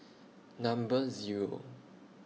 Number Zero